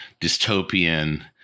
dystopian